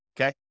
Okay